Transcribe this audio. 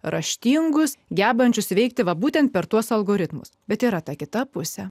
raštingus gebančius veikti va būtent per tuos algoritmus bet yra ta kita pusė